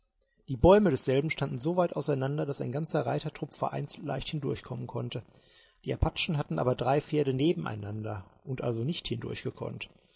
die bäume desselben standen so weit auseinander daß ein ganzer reitertrupp vereinzelt leicht hindurchkommen konnte die apachen hatten aber drei pferde nebeneinander und also nicht hindurch gekonnt